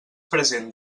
present